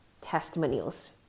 testimonials